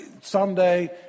Someday